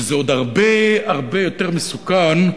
שזה הרבה יותר מסוכן,